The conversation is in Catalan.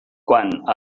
quant